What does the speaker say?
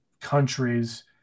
countries